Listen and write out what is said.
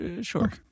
sure